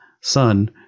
son